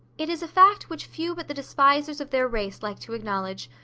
it is a fact which few but the despisers of their race like to acknowledge,